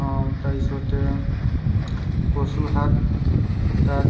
তাৰপিছতে কচুশাক তাত